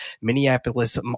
Minneapolis